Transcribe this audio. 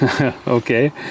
okay